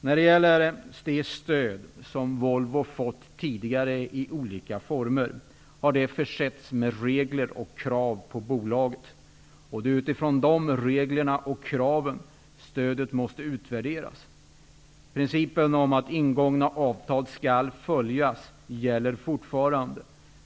När det gäller det stöd som Volvo tidigare har fått i olika former vill jag säga att det har försetts med regler och krav på bolaget. Det är med utgångspunkt från de reglerna och kraven som stödet måste utvärderas. Principen att ingångna avtal skall följas gäller fortfarande.